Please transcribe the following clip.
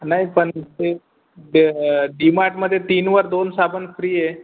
नाही पण ते दं डी मार्टमध्ये तीनवर दोन साबण फ्री आहे